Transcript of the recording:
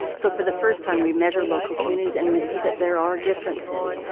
so for the first time we measure local communities and we see that there are differences,